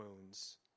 wounds